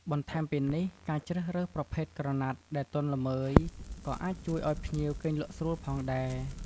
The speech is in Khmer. បន្ថែមពីនេះ ការជ្រើសរើសប្រភេទក្រណាត់ដែលទន់ល្មើយ ក៏អាចជួយឲ្យភ្ញៀវគេងលក់ស្រួលផងដែរ។